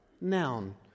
noun